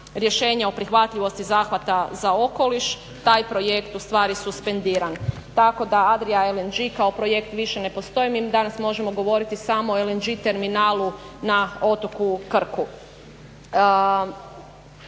rješenja o prihvatljivosti zahvata za okoliš, taj projekt ustvari suspendiran. Tako da Adria LNG kao projekt više ne postoji, mi danas možemo govoriti samo o LNG terminalu na otoku Krku.